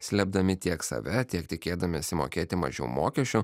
slėpdami tiek save tiek tikėdamiesi mokėti mažiau mokesčių